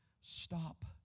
stop